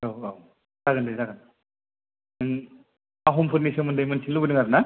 औ औ जागोन दे जागोन नों आहमफोरनि सोमोन्दै मोन्थिनो लुबैदों आरो ना